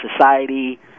society